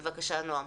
בבקשה, נעם.